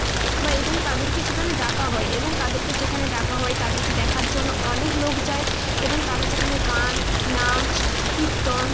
বা এবং তাদেরকে সেখানে ডাকা হয় এবং তাদেরকে সেখানে ডাকা হয় তাদেরকে দেখার জন্য অনেক লোক যায় এবং তারা সেখানে গান নাচ কীর্তন